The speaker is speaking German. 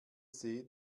see